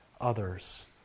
others